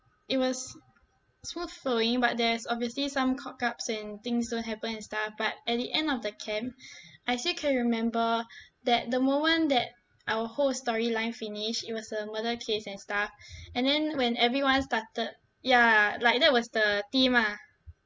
it was smooth flowing but there's obviously some cock ups and things don't happen and stuff but at the end of the camp I still can remember that the moment that our whole story line finish it was a murder case and stuff and then when everyone started ya like that was the theme ah